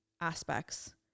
aspects